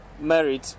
married